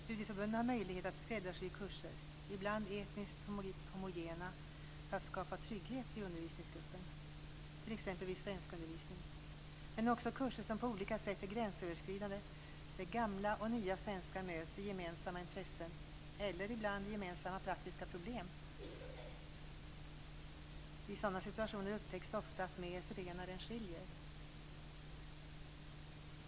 Studieförbunden har möjlighet att skräddarsy kurser, ibland etniskt homogena för att skapa trygghet i undervisningsgruppen, t.ex. vid svenskundervisning, men också kurser som på olika sätt är gränsöverskridande där gamla och nya svenskar möts i gemensamma intressen eller, ibland, i gemensamma praktiska problem. I sådana situationer upptäcks det ofta att det är mer som förenar än som skiljer.